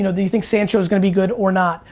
you know do you think sancho's gonna be good or not,